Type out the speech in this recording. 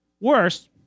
Worse